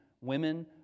women